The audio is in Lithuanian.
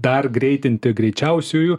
dar greitinti greičiausiųjų